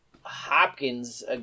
Hopkins